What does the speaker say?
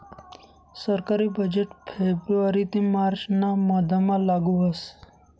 सरकारी बजेट फेब्रुवारी ते मार्च ना मधमा लागू व्हस